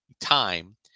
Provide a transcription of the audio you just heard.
time